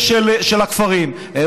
מה עכשיו?